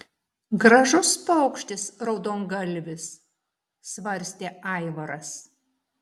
gražus paukštis raudongalvis svarstė aivaras